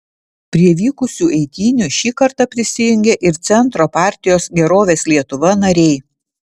prie vykusių eitynių šį kartą prisijungė ir centro partijos gerovės lietuva nariai